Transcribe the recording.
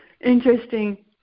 Interesting